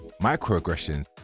microaggressions